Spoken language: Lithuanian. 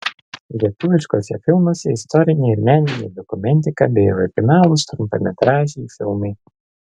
lietuviškuose filmuose istorinė ir meninė dokumentika bei originalūs trumpametražiai filmai